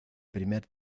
primer